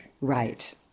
Right